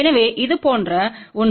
எனவே அது போன்ற ஒன்று